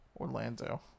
orlando